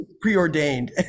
preordained